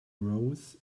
rows